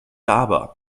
aber